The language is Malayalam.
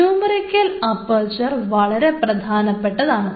ന്യൂമെറിക്കൽ അപ്പർച്ചർ വളരെ പ്രധാനപ്പെട്ടതാണ്